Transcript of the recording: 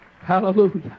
Hallelujah